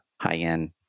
high-end